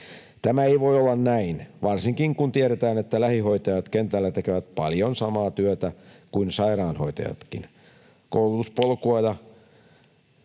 Tämä ei voi olla näin, varsinkin kun tiedetään, että lähihoitajat tekevät kentällä paljon samaa työtä kuin sairaanhoitajatkin.